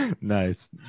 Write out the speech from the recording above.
nice